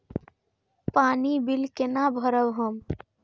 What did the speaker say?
पानी बील केना भरब हम?